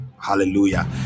hallelujah